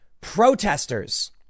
Protesters